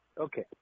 Okay